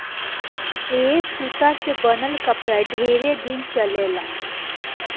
ए सूता से बनल कपड़ा ढेरे दिन चलेला